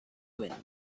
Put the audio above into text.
wind